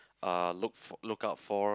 uh look fo~ look out for